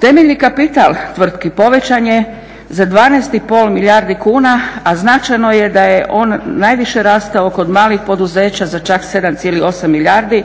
Temeljni kapital tvrtki povećan je za 12 i pol milijardi kuna, a značajno je da je on najviše rastao kod malih poduzeća za čak 7,8 milijardi